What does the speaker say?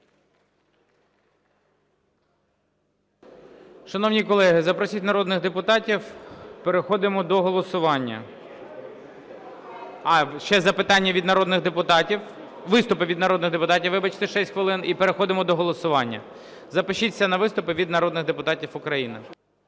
Шановні колеги, запросіть народних депутатів. Переходимо до голосування. А, ще запитання від народних депутатів, виступи від народних депутатів. Вибачте, 6 хвилин. І переходимо до голосування. Запишіться на виступи від народних депутатів України.